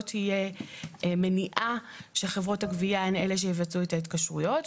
תהיה מניעה שחברות הגבייה הן אלה שיבצעו את ההתקשרויות.